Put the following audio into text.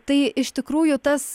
tai iš tikrųjų tas